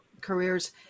careers